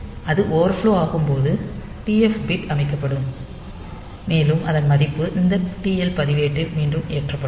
அது ஓவர்ஃப்லோ ஆகும் போது TF பிட் அமைக்கப்படும் மேலும் அதன் மதிப்பு இந்த TL பதிவேட்டில் மீண்டும் ஏற்றப்படும்